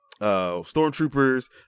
stormtroopers